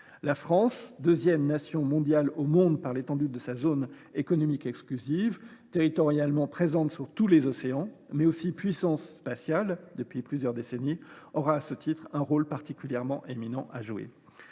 La France, deuxième nation maritime au monde par l’étendue de sa zone économique exclusive, territorialement présente sur tous les océans, et également puissance spatiale depuis plusieurs décennies, aura à ce titre un rôle particulièrement éminent à jouer.